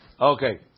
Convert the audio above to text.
Okay